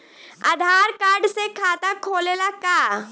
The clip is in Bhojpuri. आधार कार्ड से खाता खुले ला का?